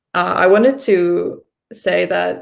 i wanted to say that